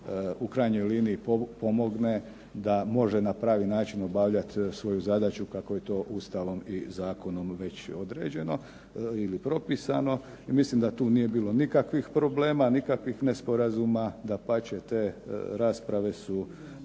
u krajnjoj liniji pomogne da može na pravi način obavljati svoju zadaću kako je to Ustavom i zakonom već određeno ili propisano, i mislim da tu nije bilo nikakvih problema, nikakvih nesporazuma, dapače te rasprave su